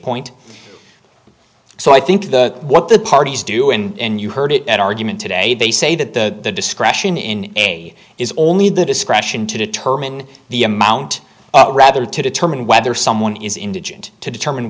point so i think the what the parties do and you heard it at argument today they say that the discretion in aid is only the discretion to determine the amount rather to determine whether someone is indigent to determine